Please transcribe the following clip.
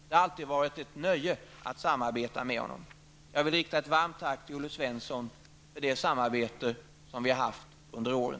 Det har alltid varit ett nöje att samarbeta med honom. Jag vill rikta ett varmt tack till Olle Svensson, för det samarbete som vi har haft under åren.